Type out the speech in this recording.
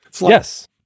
Yes